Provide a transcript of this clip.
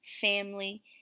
family